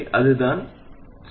எனவே அதுதான் யோசனை